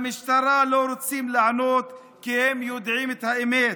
במשטרה לא רוצים לענות כי הם יודעים את האמת: